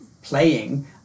playing